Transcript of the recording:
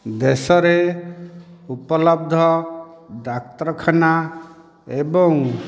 ଦେଶରେ ଉପଲବ୍ଧ ଡାକ୍ତରଖାନା ଏବଂ